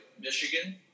Michigan